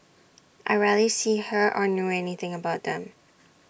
I rarely see her or know anything about them